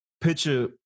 picture